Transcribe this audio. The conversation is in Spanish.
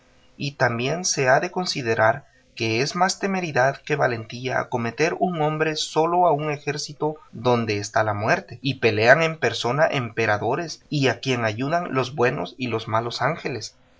y también se ha de considerar que es más temeridad que valentía acometer un hombre solo a un ejército donde está la muerte y pelean en persona emperadores y a quien ayudan los buenos y los malos ángeles